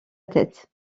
tête